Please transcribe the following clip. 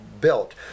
built